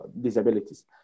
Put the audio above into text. disabilities